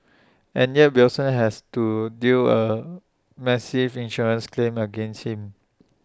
and yet Wilson has to deal A massive insurance claim against him